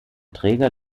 träger